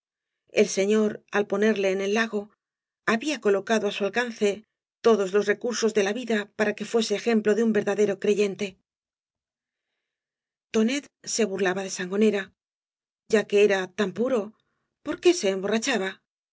el señor al ponerle en el lago había colocado á su alcance todos los recursos de la vida para que fuese ejemplo de un verdadero creyente tonet se burlaba de sangonera ya que era tan puro por qué se emborrachaba